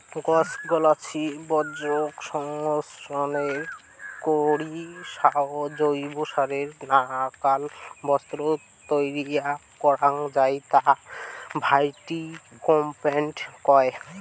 গছ গছালি বর্জ্যক সংশ্লেষ করি জৈবসারের নাকান বস্তু তৈয়ার করাং যাই তাক ভার্মিকম্পোস্ট কয়